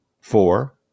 four